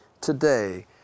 today